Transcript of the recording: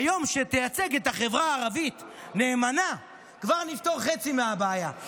ביום שתייצג את החברה הערבית נאמנה כבר נפתור חצי מהבעיה,